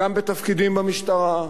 גם בתפקידים במשטרה,